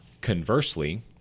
Conversely